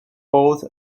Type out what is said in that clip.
both